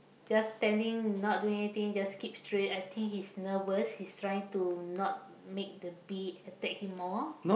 just standing not doing anything just keep straight I think he's nervous he's trying to not make the bee attack him more